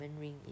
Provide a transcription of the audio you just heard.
ring